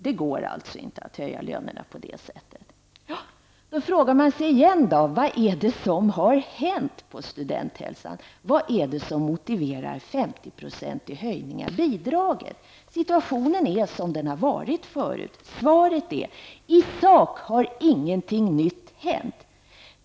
Det går alltså inte att höja lönerna på det sättet. Då frågar man sig igen: Vad är det som har hänt på studenthälsan? Vad är det som motiverar en 50-procentig höjning av bidraget? Situationen är som den har varit förut. Svaret är att ingenting nytt i sak har hänt.